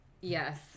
Yes